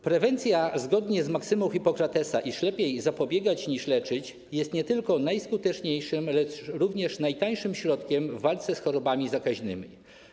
Prewencja, zgodnie z maksymą Hipokratesa, iż lepiej zapobiegać, niż leczyć, jest nie tylko najskuteczniejszym, ale i najtańszym środkiem stosowanym w walce z chorobami zakaźnymi.